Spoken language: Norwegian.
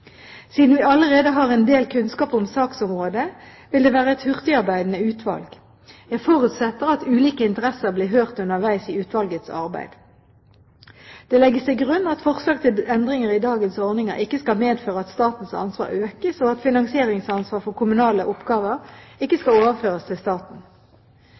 Siden vi allerede har en del kunnskap om saksområdet, vil det være et hurtigarbeidende utvalg. Jeg forutsetter at ulike interesser blir hørt underveis i utvalgets arbeid. Det legges til grunn at forslag til endringer i dagens ordninger ikke skal medføre at statens ansvar økes, og at finansieringsansvar for kommunale oppgaver ikke skal overføres til staten.